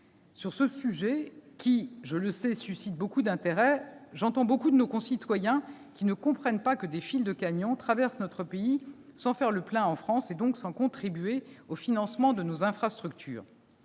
Sur ce sujet, qui, je le sais, suscite beaucoup d'intérêt, nombre de nos concitoyens ne comprennent pas que des files de camions traversent notre pays sans faire le plein en France et donc sans contribuer au financement de nos infrastructures.